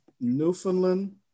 Newfoundland